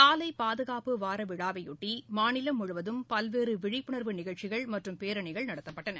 சாலை பாதுகாப்பு வாரவிழாவையொட்டி மாநிலம் முழுவதும் பல்வேறு விழிப்புணா்வு நிகழ்ச்சிகள் மற்றும் பேரணிகள் நடத்தப்பட்டன